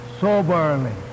soberly